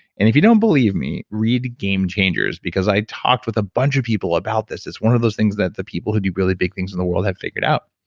if you don't believe me, read game changers, because i talked with a bunch of people about this. it's one of those things that the people who do really big things in the world have figured out,